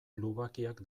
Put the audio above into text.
lubakiak